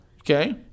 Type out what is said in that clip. Okay